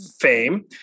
fame